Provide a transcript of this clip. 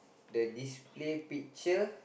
the display picture